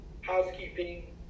housekeeping